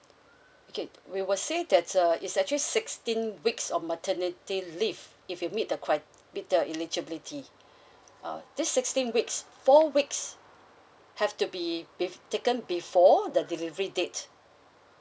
okay we will say that uh it's actually sixteen weeks of maternity leave if you meet the cri~ meet the eligibility uh this sixteen weeks four weeks have to be bef~ taken before the delivery date